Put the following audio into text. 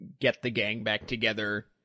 get-the-gang-back-together